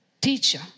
teacher